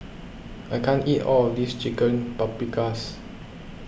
I can't eat all of this Chicken Paprikas